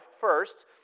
first